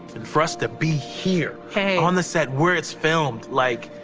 and for us to be here, hey! on the set where it's filmed, like.